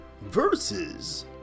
versus